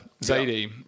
Zadie